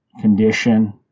condition